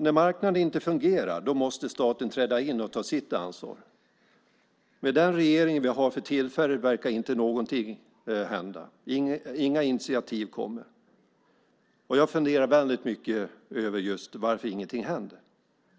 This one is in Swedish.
När marknaden inte fungerar måste staten träda in och ta sitt ansvar. Med den regering vi har för tillfället verkar inte någonting hända. Inga initiativ kommer. Jag funderar över varför ingenting händer.